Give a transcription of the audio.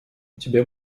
тебе